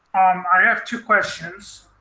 i have two questions.